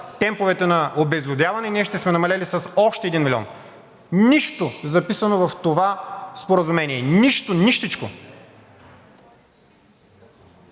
темповете на обезлюдяване, ние ще сме намалели с още един милион. Нищо записано в това споразумение. Нищо! Нищичко!